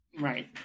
Right